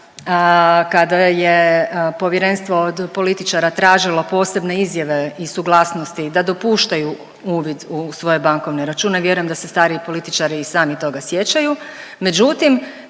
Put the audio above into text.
kada je povjerenstvo od političara tražilo posebne izjave i suglasnosti da dopuštaju uvid u svoje bankovne račune. Vjerujem da se stariji političari i sami toga sjećaju.